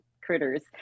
critters